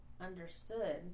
understood